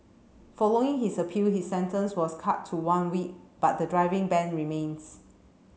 following his appeal his sentence was cut to one week but the driving ban remains